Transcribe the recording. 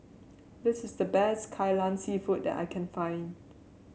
this is the best Kai Lan seafood that I can find